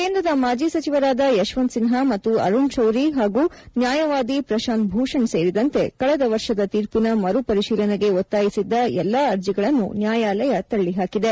ಕೇಂದ್ರದ ಮಾಜಿ ಸಚಿವರಾದ ಯಶವಂತ್ ಸಿನ್ಹಾ ಮತ್ತು ಅರುಣ್ ಶೌರಿ ಹಾಗೂ ನ್ಯಾಯವಾದಿ ಪ್ರಶಾಂತ್ ಭೂಷಣ್ ಸೇರಿದಂತೆ ಕಳೆದ ವರ್ಷದ ತೀರ್ಪಿನ ಮರು ಪರಿಶೀಲನೆಗೆ ಒತ್ತಾಯಿಸಿದ್ದ ಎಲ್ಲಾ ಅರ್ಜಿಗಳನ್ನು ನ್ಯಾಯಾಲಯ ತಳ್ಳಿಹಾಕಿದೆ